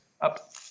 up